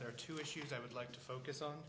there are two issues i would like to focus on